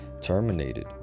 terminated